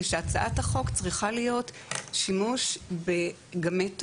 ושהצעת החוק צריכה להיות שימוש בגמטות.